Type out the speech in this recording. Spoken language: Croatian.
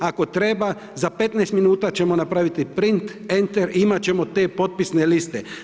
Ako treba, za 15 minuta ćemo napraviti print, enter i imat ćemo te potpisne liste.